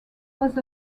was